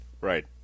Right